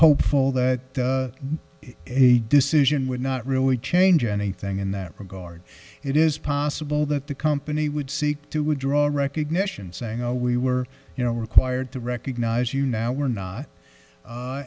hopeful that a decision would not really change anything in that regard it is possible that the company would seek to withdraw a recognition saying oh we were you know required to recognize you now we're not